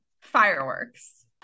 Fireworks